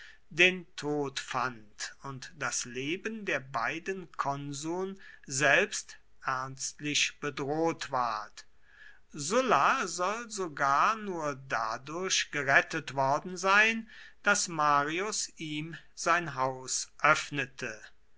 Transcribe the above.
den tod fand und das leben der beiden konsuln selbst ernstlich bedroht ward sulla soll sogar nur dadurch gerettet worden sein daß marius ihm sein haus öffnete